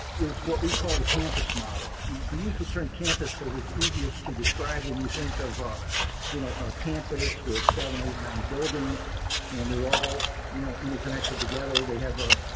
is what we call the campus model. we we use the term campus cause it's easiest to describe when you think of a you know ah campus with seven, eight, nine buildings and they're all you know interconnected together. they have a